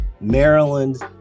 Maryland